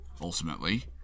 ultimately